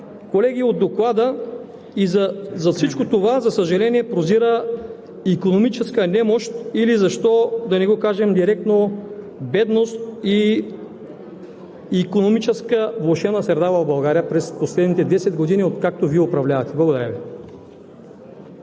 данни от Доклада и зад всичко това, за съжаление, прозира икономическа немощ или, защо да не го кажем директно – бедност и влошена икономическа среда в България през последните десет години, откакто Вие управлявате. Благодаря Ви.